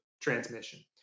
transmission